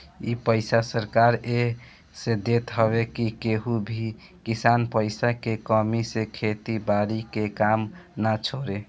इ पईसा सरकार एह से देत हवे की केहू भी किसान पईसा के कमी से खेती बारी के काम ना छोड़े